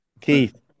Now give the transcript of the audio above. Keith